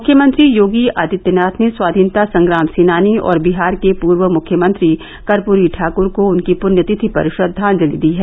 मुख्यमंत्री योगी आदित्यनाथ ने स्वाधीनता संग्राम सेनानी और बिहार के पूर्व मुख्यमंत्री कर्पूरी ठाकुर को उनकी पुण्यतिथि पर श्रद्वांजलि दी है